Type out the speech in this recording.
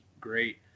great